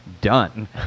done